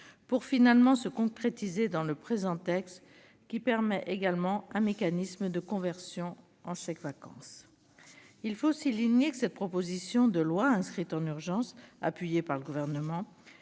pour finalement se concrétiser dans le présent texte, qui permet également un mécanisme de conversion en chèques-vacances. Il faut souligner que cette proposition de loi inscrite en urgence, appuyée par le Gouvernement,